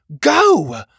Go